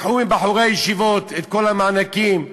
לקחו מבחורי הישיבות את כל המענקים,